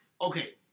Okay